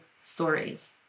stories